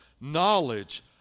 Knowledge